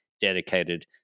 dedicated